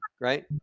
right